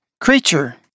Creature